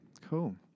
Cool